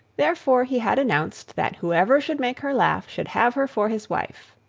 therefore he had announced that whoever should make her laugh should have her for his wife.